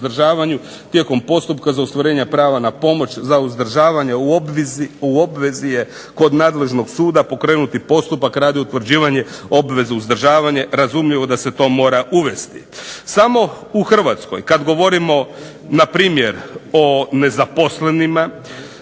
tijekom postupka za ostvarenje prava na pomoć za uzdržavanje u obvezi je kod nadležnog suda pokrenuti postupak radi utvrđivanja obveze uzdržavanje razumljivo da se to mora uvesti. Samo u Hrvatskoj kad govorimo npr. o nezaposlenima,